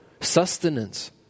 sustenance